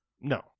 No